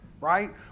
right